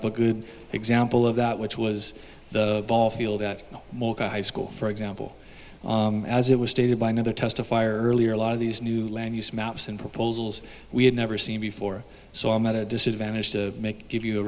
up a good example of that which was the ball field at a high school for example as it was stated by another testifier earlier a lot of these new land use maps and proposals we had never seen before so i'm at a disadvantage to make give you a